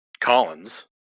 Collins